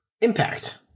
Impact